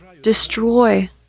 destroy